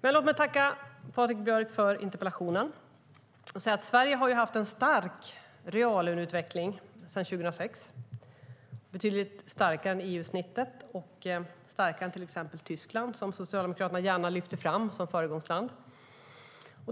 Låt mig tacka Patrik Björck för interpellationen. Sverige har haft en stark reallöneutveckling sedan 2006, betydligt starkare än EU-snittet och starkare än till exempel Tyskland som Socialdemokraterna gärna lyfter fram som föregångsland.